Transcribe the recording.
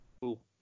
Cool